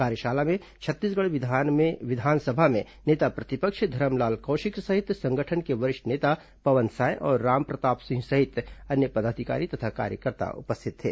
कार्यशाला में छत्तीसगढ़ विधानसभा में नेता प्रतिपक्ष धरमलाल कौशिक सहित संगठन के वरिष्ठ नेता पवन साय और रामप्रताप सिंह सहित अन्य पदाधिकारी तथा कार्यकर्ता उपस्थित थे